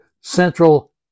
central